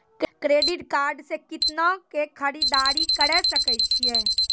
Credit card से कितना के खरीददारी करे सकय छियै?